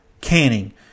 Canning